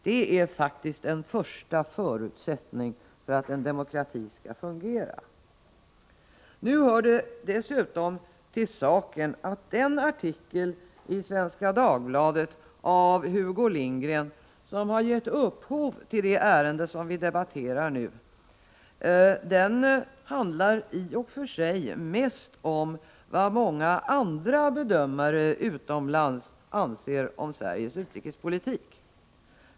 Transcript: Det är faktiskt en första förutsättning för att en demokrati skall fungera. Nu hör det dessutom till saken att den artikel av Hugo Lindgren i Svenska Dagbladet som har gett upphov till det ärende som vi debatterar nu i och för sig mest handlar om vad många andra bedömare utomlands anser om Sveriges utrikespolitik.